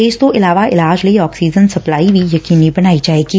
ਇਸ ਤੋ ਇਲਾਵਾ ਇਲਾਜ ਲਈ ਆਕਸੀਜਨ ਸਪਲਾਈ ਵੀ ਯਕੀਨੀ ਬਣਾਈ ਜਾਵੇਗੀ